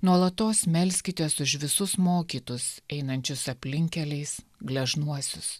nuolatos melskitės už visus mokytus einančius aplinkkeliais gležnuosius